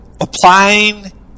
applying